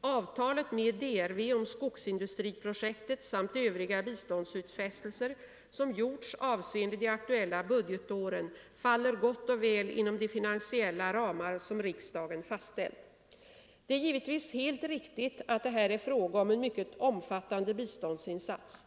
Avtalet med DRV om skogs 37 industriprojektet samt övriga biståndsutfästelser som gjorts avseende de aktuella budgetåren faller gott och väl inom de finansiella ramar som riksdagen fastställt. Det är givetvis helt riktigt att det här är fråga om en mycket omfattande biståndsinsats.